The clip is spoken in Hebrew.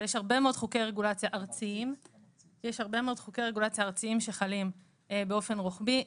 יש הרבה מאוד חוקי רגולציה ארציים שחלים באופן רוחבי.